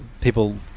people